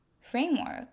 framework